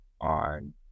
on